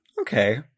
Okay